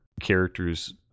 characters